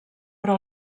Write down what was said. però